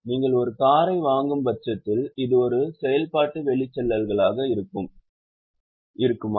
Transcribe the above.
நீங்கள் ஒரு காரை வாங்கும் பட்சத்தில் இது ஒரு செயல்பாட்டு வெளிச்செல்லல்களாக இருக்குமா